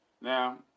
now